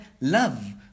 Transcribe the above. love